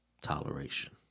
toleration